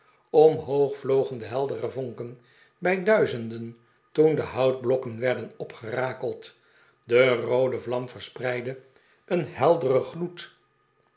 omhoog vlogen de heldere vonken bij duizenden toen de houtblokken werden opgerakeld de roode vlam verspreidde een helderen gloed